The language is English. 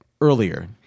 earlier